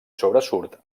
sobresurt